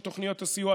של תוכניות הסיוע,